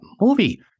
movie